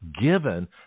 given